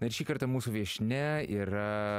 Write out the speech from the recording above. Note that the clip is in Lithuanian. na ir šį kartą mūsų viešnia yra